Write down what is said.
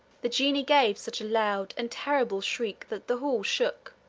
the genie gave such a loud and terrible shriek that the hall shook.